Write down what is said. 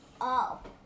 up